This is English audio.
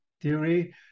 theory